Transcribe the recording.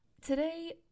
Today